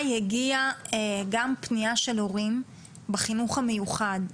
הגיעה גם פנייה של הורים בחינוך המיוחד.